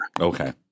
Okay